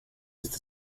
ist